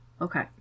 Okay